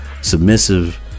Submissive